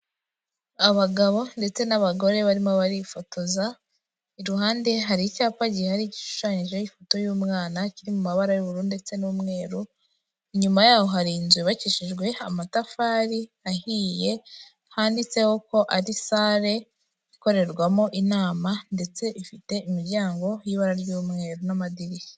Abagabo ndetse n'abagore barimo barifotoza. Iruhande, hari icyapa gihari gishushanyijeho ifoto y'umwana, kiri mu mabara y'ubururu ndetse n'umweru. Inyuma yaho, hari inzu yubakishijwe amatafari ahiye, handitseho ko ari salle ikorerwamo inama, ndetse ifite imiryango y'ibara ry'umweru n'amadirishya.